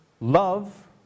love